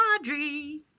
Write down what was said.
Audrey